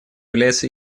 является